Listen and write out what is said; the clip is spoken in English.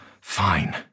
fine